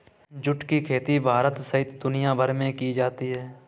जुट की खेती भारत सहित दुनियाभर में की जाती है